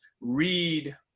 read